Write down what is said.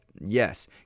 yes